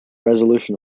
resolution